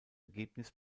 ergebnis